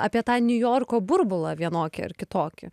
apie tą niujorko burbulą vienokį ar kitokį